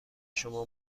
شما